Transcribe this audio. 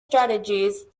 strategies